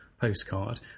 postcard